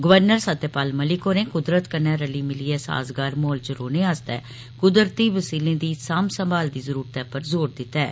governor Satyapal Malik होरे क्दरत कन्नै रली मिलियै साजगार माहोल च रौहने गितै क्दरती वसीलें दी सांभ संभाल दी जरुरतै पर जोर दिता ऐ